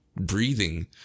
breathing